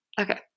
Okay